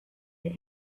the